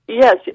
Yes